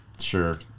Sure